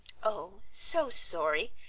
oh, so sorry!